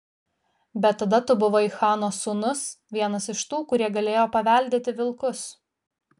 bet tada tu buvai chano sūnus vienas iš tų kurie galėjo paveldėti vilkus